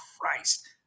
Christ